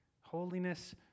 Holiness